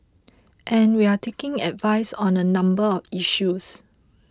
and we're taking advice on a number of issues